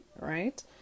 right